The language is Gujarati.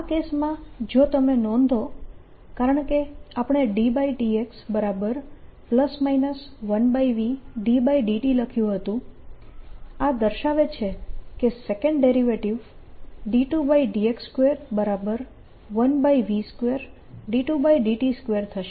આ કેસમાં જો તમે નોંધો કારણકે આપણે ∂∂x1v∂∂t લખ્યું હતું આ દર્શાવે છે કે સેકન્ડ ડેરિવેટીવ 2x21v22t2 થશે